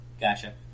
Gotcha